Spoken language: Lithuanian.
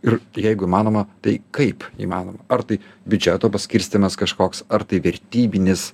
ir jeigu įmanoma tai kaip įmanoma ar tai biudžeto paskirstymas kažkoks ar tai vertybinis